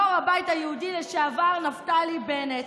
יו"ר הבית היהודי לשעבר נפתלי בנט.